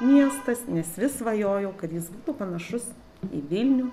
miestas nes vis svajojau kad jis būtų panašus į vilnių